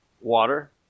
water